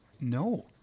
No